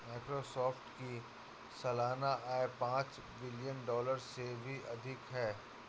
Microsoft की सालाना आय पांच बिलियन डॉलर से भी अधिक है